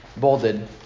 bolded